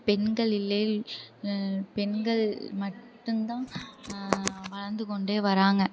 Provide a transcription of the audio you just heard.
பெண்கள் இல்லேல் பெண்கள் மட்டும்தான் வளர்ந்துக்கொண்டே வராங்க